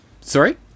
sorry